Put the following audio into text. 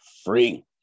free